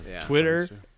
Twitter